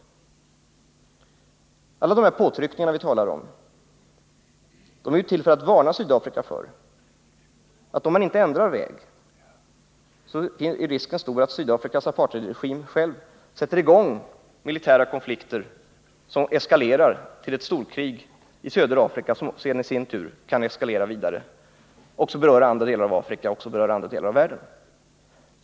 Alla de påtryckningar vi talar om är till för att varna Sydafrikas apartheidregim för att genom att inte ändra kurs riskera att själv sätta i gång militära konflikter som eskalerar till ett storkrig i södra Afrika och som sedan i sin tur eskalerar vidare till att beröra även andra delar av Afrika liksom också delar av den övriga världen.